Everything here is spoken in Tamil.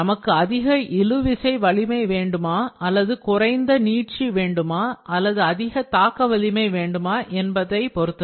நமக்கு அதிக இழுவிசை வலிமை வேண்டுமா அல்லது குறைந்த நீட்சி வேண்டுமா அல்லது அதிக தாக்க வலிமை வேண்டுமா என்பதைப் பொறுத்தது